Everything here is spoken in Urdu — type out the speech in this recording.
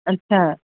اچھا